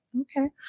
Okay